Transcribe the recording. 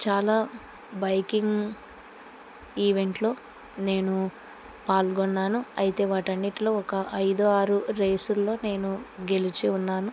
చాలా బైకింగ్ ఈవెంట్లో నేను పాల్గొన్నాను అయితే వాటన్నిట్లో ఒక ఐదు ఆరు రేసుల్లో నేను గెలిచి ఉన్నాను